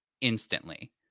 instantly